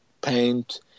paint